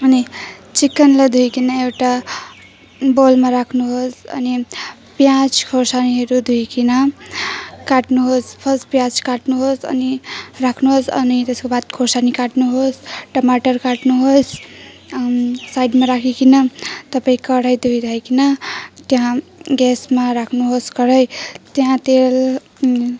अनि चिकनलाई धोइकन एउटा बलमा राख्नुहोस् अनि पियाज खोर्सानीहरू धोइकन काट्नुहोस् फर्स्ट पियाज काट्नुहोस् अनि राख्नुहोस् अनि त्यसको बाद खोर्सानी काट्नुहोस् टमाटर काट्नुहोस् साइडमा राखिकन तपाईँ कराही धोइधाइकन त्यहाँ ग्यासमा राख्नुहोस् कराही त्यहाँ तेल